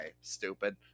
stupid